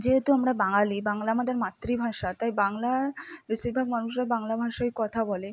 যেহেতু আমরা বাঙালি বাংলা আমাদের মাতৃভাষা তাই বাংলা বেশিরভাগ মানুষরা বাংলা ভাষায় কথা বলে